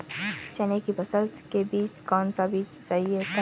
चने की फसल के लिए कौनसा बीज सही होता है?